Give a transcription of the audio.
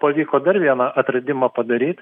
pavyko dar vieną atradimą padaryt